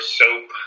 soap